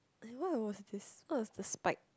like what was this what was the spike